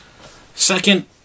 Second